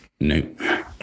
no